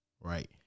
right